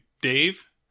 Dave